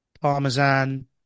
parmesan